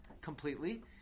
completely